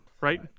Right